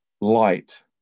light